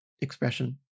expression